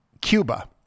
cuba